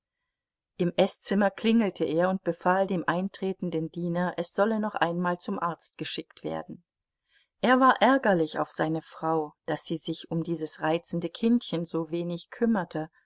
im eßzimmer klingelte er und befahl dem eintretenden diener es solle noch einmal zum arzt geschickt werden er war ärgerlich auf seine frau daß sie sich um dieses reizende kindchen so wenig kümmerte